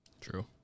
True